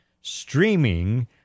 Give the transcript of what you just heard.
streaming